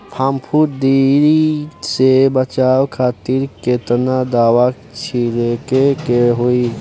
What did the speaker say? फाफूंदी से बचाव खातिर केतना दावा छीड़के के होई?